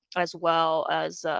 as well as ah,